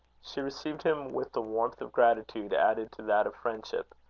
she received him with the warmth of gratitude added to that of friendship.